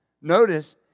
Notice